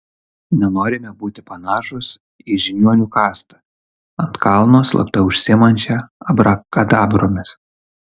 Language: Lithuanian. nenorime būti panašūs į žiniuonių kastą ant kalno slapta užsiimančią abrakadabromis